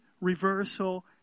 reversal